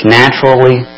naturally